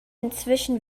inzwischen